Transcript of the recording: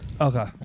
Okay